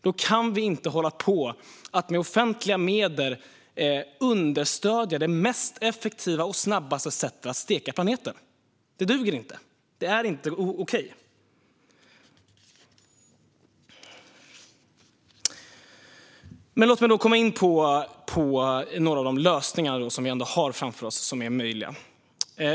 Då kan vi inte med offentliga medel understödja det mest effektiva och snabbaste sättet att steka planeten. Det duger inte. Det är inte okej. Men låt mig komma in på några av de lösningar som vi ändå har framför oss, som är möjliga.